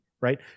right